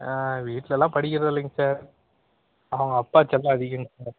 வீட்லேலாம் படிக்கிறதில்லைங்க சார் அவங்க அப்பா செல்லம் அதிகம்ங்க சார்